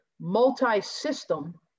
multi-system